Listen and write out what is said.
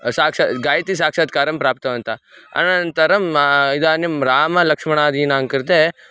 साक्षात् गायत्रीसाक्षात्कारं प्राप्तवन्तः अनन्तरम् इदानीं रामलक्ष्मणादीनां कृते